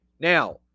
Now